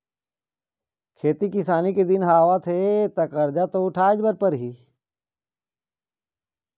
खेती किसानी के दिन आवत हे त करजा तो उठाए बर परही